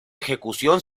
ejecución